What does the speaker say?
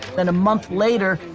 then a month later,